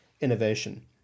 innovation